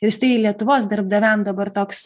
ir štai lietuvos darbdaviam dabar toks